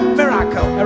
miracle